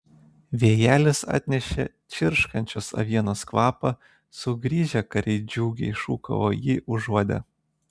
vėjelis atnešė čirškančios avienos kvapą sugrįžę kariai džiugiai šūkavo jį užuodę